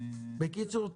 בקיצור,